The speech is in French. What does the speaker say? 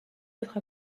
être